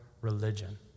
religion